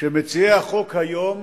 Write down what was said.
שמציעי החוק היום